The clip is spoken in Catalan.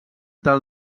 del